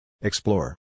Explore